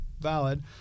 valid